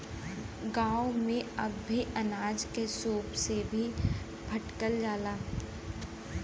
गांव में अब भी अनाज के सूप से ही फटकल जाला